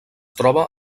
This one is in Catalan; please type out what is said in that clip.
troba